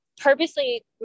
purposely